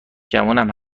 گمونم